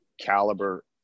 caliber